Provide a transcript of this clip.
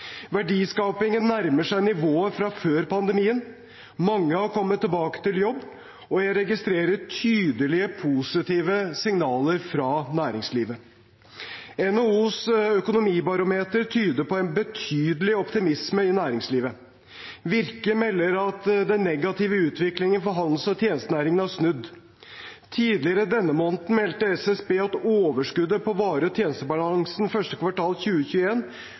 Verdiskapingen nærmer seg nivået fra før pandemien. Mange har kommet tilbake til jobb, og jeg registrerer tydelige, positive signaler fra næringslivet. NHOs økonomibarometer tyder på en betydelig optimisme i næringslivet. Virke melder at den negative utviklingen for handels- og tjenestenæringen har snudd. Tidligere denne måneden meldte SSB at overskuddet på vare- og tjenestebalansen første kvartal